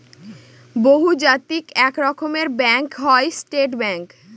বহুজাতিক এক রকমের ব্যাঙ্ক হয় স্টেট ব্যাঙ্ক